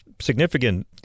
significant